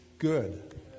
good